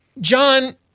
John